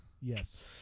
Yes